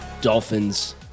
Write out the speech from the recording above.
Dolphins